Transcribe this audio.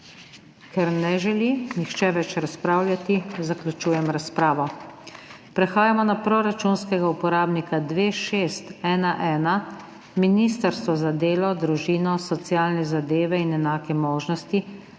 Ker ne želi nihče več razpravljati, zaključujem razpravo. Prehajamo na proračunskega uporabnika 2611 Ministrstvo za delo, družino, socialne zadeve in enake možnosti